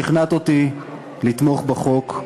שכנעת אותי לתמוך בחוק,